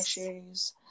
issues